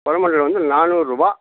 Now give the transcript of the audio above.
கோரமண்டல் வந்து நானூறுபா